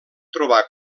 trobar